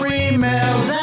emails